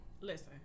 Listen